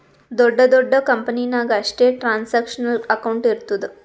ದೊಡ್ಡ ದೊಡ್ಡ ಕಂಪನಿ ನಾಗ್ ಅಷ್ಟೇ ಟ್ರಾನ್ಸ್ಅಕ್ಷನಲ್ ಅಕೌಂಟ್ ಇರ್ತುದ್